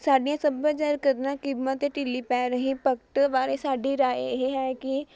ਸਾਡੀਆਂ ਸੱਭਿਆਚਾਰ ਕਦਰਾਂ ਕੀਮਤਾਂ ਢਿੱਲੀ ਪੈ ਰਹੀ ਬਾਰੇ ਸਾਡੀ ਰਾਏ ਇਹ ਹੈ ਕਿ